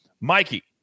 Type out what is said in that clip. Mikey